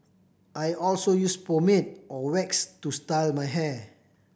I also use pomade or wax to style my hair